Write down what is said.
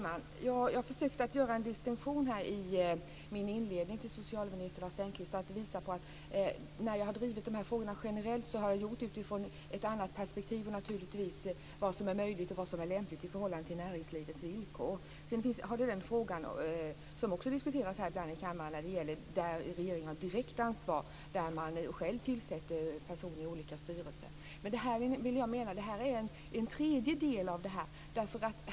Fru talman! Jag försökte att göra en distinktion i mitt inledande anförande till socialminister Lars Engqvist för att visa på att jag har drivit frågorna generellt utifrån ett annat perspektiv och naturligtvis till vad som är möjligt och lämpligt i förhållande till näringslivets villkor. Ibland diskuteras också i kammaren regeringens direkta ansvar för tillsättande av personer i styrelser. Men jag hävdar att detta är fråga om en tredje sak.